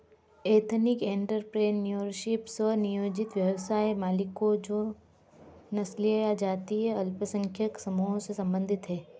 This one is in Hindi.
एथनिक एंटरप्रेन्योरशिप, स्व नियोजित व्यवसाय मालिकों जो नस्लीय या जातीय अल्पसंख्यक समूहों से संबंधित हैं